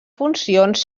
funcions